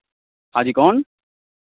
हाँ जी कौन